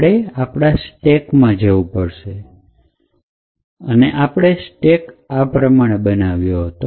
આપણે આપણા સ્ટેક માં જવું પડશે અને આપણે સ્ટેક આ પ્રમાણે બનાવ્યો છે